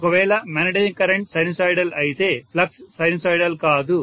ఒకవేళ magnetising current sinusoidal అయితే flux sinusoidal కాదు